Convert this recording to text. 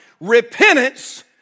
repentance